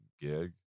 gig